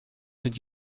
did